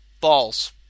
balls